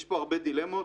יש פה הרבה דילמות.